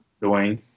Dwayne